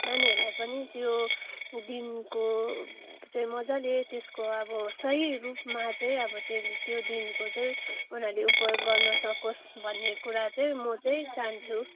नानीहरूलाई पनि त्यो दिनको चाहिँ मजाले त्यस्को अब सही रूपमा चाहिँ अब त्यो त्यो दिनको चाहिँ उनाहरूले उपभोग गर्न सकोस् भन्ने कुरा चाहिँ म चाहिँ चाहन्छु